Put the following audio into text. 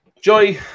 Joy